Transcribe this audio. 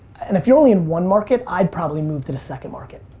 and if you're only in one market, i'd probably move to the second market.